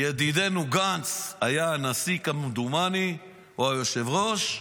ידידנו גנץ היה הנשיא, כמדומני, או היושב-ראש,